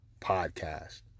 Podcast